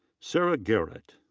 sarah garrett.